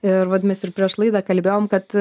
ir vat mes ir prieš laidą kalbėjom kad